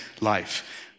life